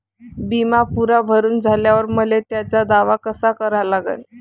बिमा पुरा भरून झाल्यावर मले त्याचा दावा कसा करा लागन?